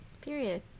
period